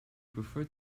preferred